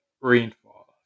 Rainfall